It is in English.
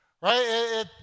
Right